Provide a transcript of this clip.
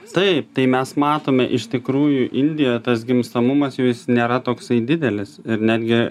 taip tai mes matome iš tikrųjų indijoje tas gimstamumas jau jis nėra toksai didelis ir netgi